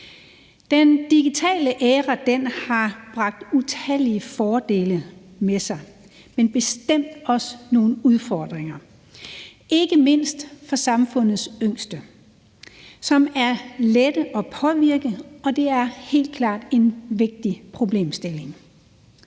Den digitale æra har bragt utallige fordele med sig, men bestemt også nogle udfordringer, ikke mindst for samfundets yngste, som er lette at påvirke, og det er helt klart en vigtig problemstilling.